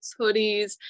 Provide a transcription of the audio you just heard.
hoodies